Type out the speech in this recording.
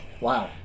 wow